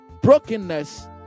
brokenness